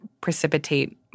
precipitate